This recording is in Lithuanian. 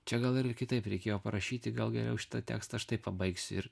čia gal ir kitaip reikėjo parašyti gal geriau šitą tekstą aš taip pabaigsiu ir